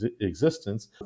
existence